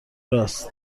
راست